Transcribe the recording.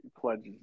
pledges